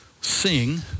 sing